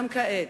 גם כעת,